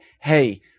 hey